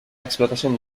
explotación